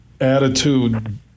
attitude